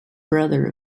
brother